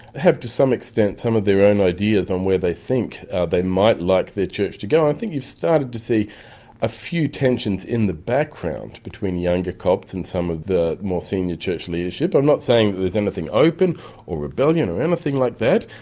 have to some extent, some of their own ideas on where they think they might like their church to go. and i think you've started to see a few tensions in the background between younger copts and some of the more senior church leadership. i'm not saying that there's anything open or rebellion or anything like that.